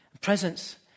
presence